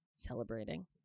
celebrating